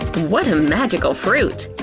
what a magical fruit!